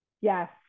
Yes